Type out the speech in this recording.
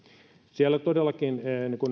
todellakin